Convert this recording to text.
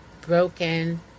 broken